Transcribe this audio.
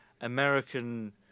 American